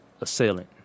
assailant